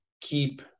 keep